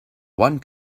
one